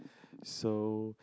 so